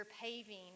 paving